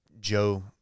Joe